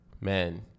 man